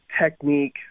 technique